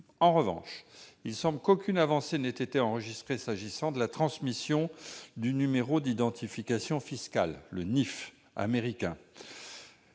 En revanche, il semble qu'aucune avancée n'ait été enregistrée s'agissant de la transmission du numéro d'identification fiscale (NIF) américain.